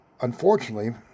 unfortunately